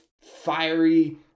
fiery